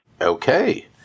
Okay